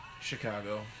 Chicago